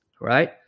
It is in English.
right